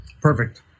Perfect